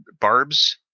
barbs